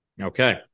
Okay